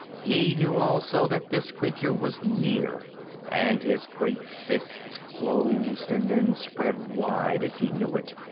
he knew also that this creature was near and his great fists closed and then spread wide as he knew it.